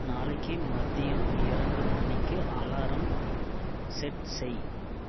நாளைக்கு மதியம் இரண்டு மணிக்கு அலாரம் செட் செய்